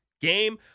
game